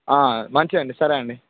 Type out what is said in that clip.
మంచిదండి సరే అండి